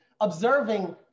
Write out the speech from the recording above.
Observing